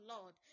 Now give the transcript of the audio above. Lord